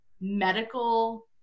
medical